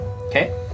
Okay